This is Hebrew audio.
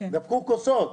דפקו כוסות,